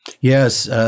Yes